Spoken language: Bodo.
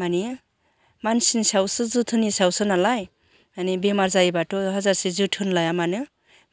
माने मानसिनि सायावसो जोथोननि सायावसो नालाय माने बेमार जायोबाथ' हाजारखि जोथोन लाया मानो